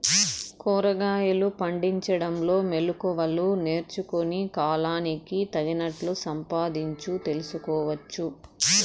కూరగాయలు పండించడంలో మెళకువలు నేర్చుకుని, కాలానికి తగినట్లు సంపాదించు తెలుసుకోవచ్చు